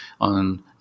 on